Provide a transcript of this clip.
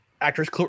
actress